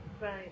Right